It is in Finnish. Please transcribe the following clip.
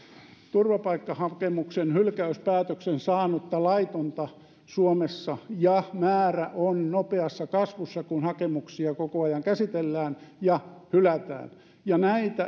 turvapaikkahakemuksen hylkäyspäätöksen saanutta laitonta suomessa ja määrä on nopeassa kasvussa kun hakemuksia koko ajan käsitellään ja hylätään näitä